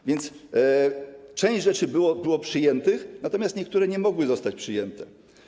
A więc część rzeczy było przyjętych, natomiast niektóre nie mogły zostać przyjęte.